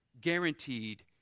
guaranteed